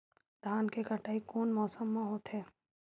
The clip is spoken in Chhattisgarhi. धान के कटाई कोन मौसम मा होथे?